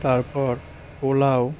তারপর পোলাও